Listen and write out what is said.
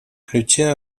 ключе